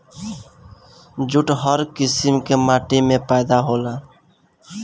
jute हर किसिम के माटी में पैदा होला